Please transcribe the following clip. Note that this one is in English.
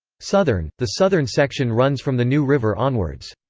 southern the southern section runs from the new river onwards.